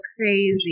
crazy